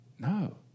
No